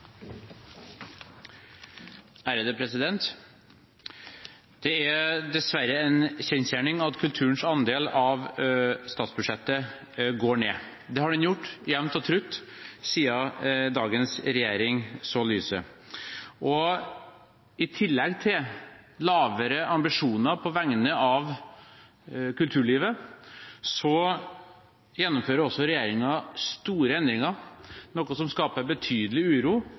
på talerlisten. Det er dessverre en kjensgjerning at kulturens andel av statsbudsjettet går ned. Det har den gjort, jevnt og trutt, siden dagens regjering så lyset, og i tillegg til å ha lavere ambisjoner på vegne av kulturlivet gjennomfører også regjeringen store endringer, noe som skaper betydelig uro